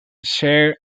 share